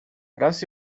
raz